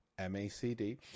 MACD